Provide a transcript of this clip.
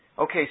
Okay